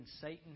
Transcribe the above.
Satan